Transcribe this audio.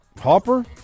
Hopper